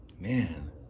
Man